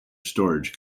storage